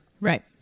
Right